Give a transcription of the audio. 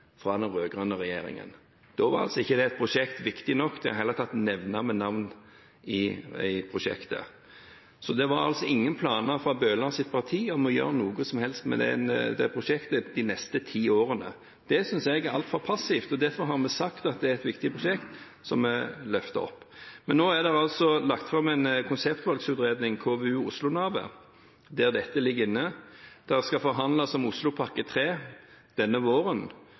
den rød-grønne regjeringen. Da var ikke det prosjektet viktig nok til i det hele tatt å nevnes ved navn i planen. Det var altså ingen planer fra Bøhlers parti om å gjøre noe som helst med det prosjektet de neste ti årene. Det synes jeg er altfor passivt, og derfor har vi sagt at det er et viktig prosjekt som vi løfter fram. Men nå er det altså lagt fram en konseptvalgutredning – KVU Oslo-Navet – der dette ligger inne. Det skal forhandles om Oslopakke 3 denne våren.